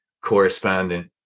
correspondent